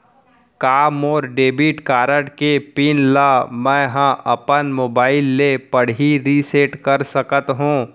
का मोर debit card के पिन ल मैं ह अपन मोबाइल से पड़ही रिसेट कर सकत हो?